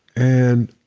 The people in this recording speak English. and